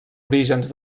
orígens